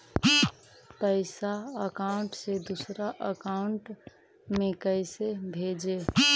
पैसा अकाउंट से दूसरा अकाउंट में कैसे भेजे?